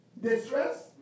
Distress